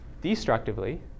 destructively